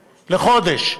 לחודש,